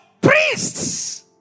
priests